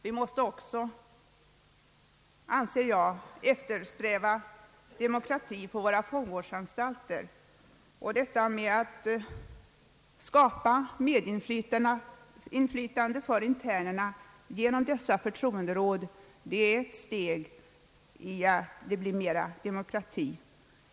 Vi måste också, anser jag, eftersträva demokrati på våra fångvårdsanstalter. Att skapa medinflytande för internerna genom förtroenderåd är ett steg mot ökad demokrati.